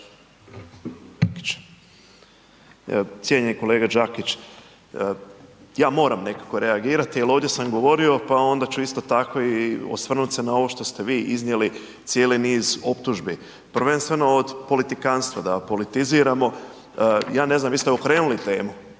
cijenjeni kolega Đakić, ja moram nekako reagirati jel ovdje sam govorio, pa onda ću isto tako i osvrnut se na ovo što ste vi iznijeli cijeli niz optužbi, prvenstveno od politikanstva, da politiziramo. Ja ne znam, vi ste okrenuli temu,